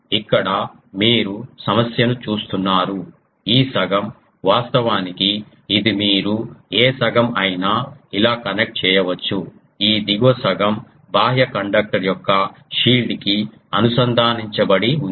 ఇక్కడ మీరు సమస్యను చూస్తున్నారు ఈ సగం వాస్తవానికి ఇది మీరు ఏ సగం అయినా ఇలా కనెక్ట్ చేయవచ్చు ఈ దిగువ సగం బాహ్య కండక్టర్ యొక్క షీల్డ్ కి అనుసంధానించబడి ఉంది